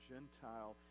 Gentile